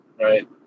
right